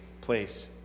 place